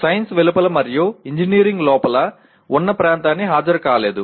science వెలుపల మరియు engineering లోపల ఉన్న ప్రాంతానికి హాజరు కాలేదు